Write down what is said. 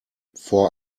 vor